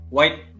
White